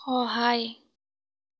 সহায়